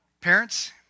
Parents